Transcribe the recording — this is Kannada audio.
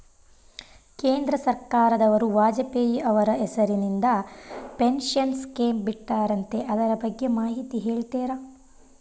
ಕೇಂದ್ರ ಸರ್ಕಾರದವರು ವಾಜಪೇಯಿ ಅವರ ಹೆಸರಿಂದ ಪೆನ್ಶನ್ ಸ್ಕೇಮ್ ಬಿಟ್ಟಾರಂತೆ ಅದರ ಬಗ್ಗೆ ಮಾಹಿತಿ ಹೇಳ್ತೇರಾ?